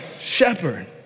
shepherd